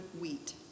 wheat